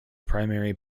primary